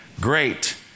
great